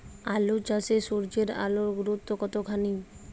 আলু চাষে সূর্যের আলোর গুরুত্ব কতখানি?